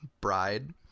bride